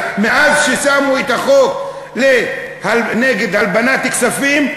מאז ששמו את החוק נגד הלבנת כספים,